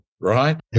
right